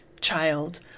child